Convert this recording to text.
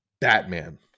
batman